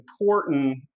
important